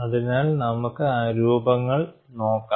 അതിനാൽ നമുക്ക് ആ രൂപങ്ങൾ നോക്കാം